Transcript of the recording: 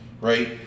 right